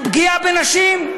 עם פגיעה בנשים.